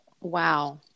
wow